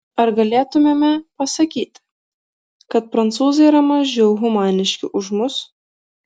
ar galėtumėme pasakyti kad prancūzai yra mažiau humaniški už mus